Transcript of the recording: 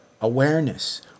awareness